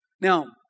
Now